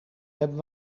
hebben